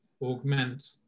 augment